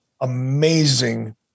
amazing